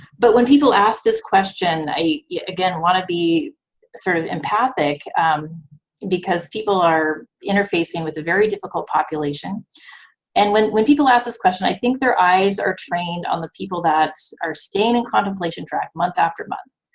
but when people ask this question, i again want to be sort of empathetic because people are interfacing with a very difficult population and when when people ask this question, i think their eyes are trained on the people that are staying in contemplation tract month after month,